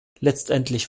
letztendlich